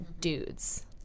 dudes